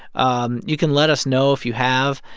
um you can let us know if you have.